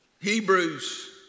Hebrews